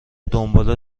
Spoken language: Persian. دنبال